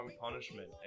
punishment